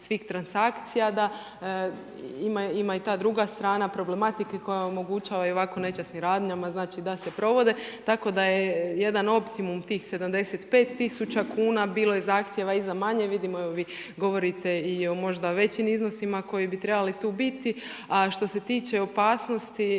svih transakcija da ima i ta druga problematike koja omogućava i ovako nečasnim radnjama, znači da se provode. Tako da je jedan optimum tih 75 tisuća kuna, bilo je zahtjeva i za manje, vidimo i vi govorite i možda većim iznosima koji bi trebali tu biti. A što se tiče opasnosti,